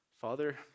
Father